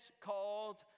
called